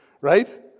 right